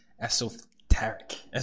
esoteric